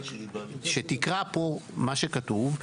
כשתקרא פה מה שכתוב,